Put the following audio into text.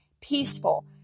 peaceful